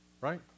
right